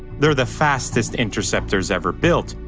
they're the fastest interceptors ever built,